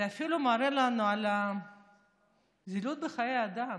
זה אפילו מראה לנו את הזילות בחיי אדם.